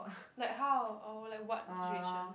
like how or like what situation